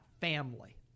family